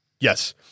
Yes